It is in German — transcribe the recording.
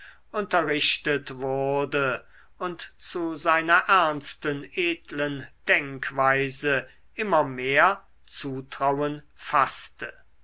unterrichtet wurde und zu seiner ernsten edlen denkweise immer mehr zutrauen faßte